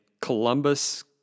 Columbus